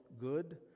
good